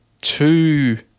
two